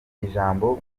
ijambo